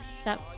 step